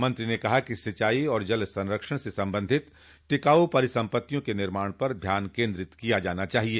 मंत्री ने कहा कि सिंचाई और जल सरक्षण से संबंधित टिकाऊ परिसम्पत्तियों के निमाण पर ध्यान केन्द्रित किया जाना चाहिए